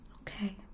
Okay